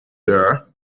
there